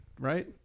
right